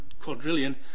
quadrillion